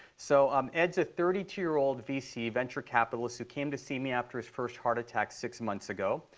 so um ed's a thirty two year old vc, venture capitalist, who came to see me after his first heart attack six months ago.